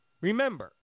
Remember